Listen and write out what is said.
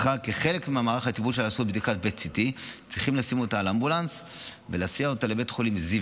שכחלק מהמערך הטיפול שלה היא צריכה לעשות בדיקת PET-CT. צריכים לשים אותה על אמבולנס ולהסיע אותה לבית חולים זיו